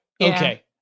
Okay